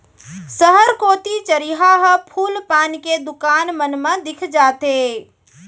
सहर कोती चरिहा ह फूल पान के दुकान मन मा दिख जाथे